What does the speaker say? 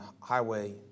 highway